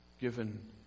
given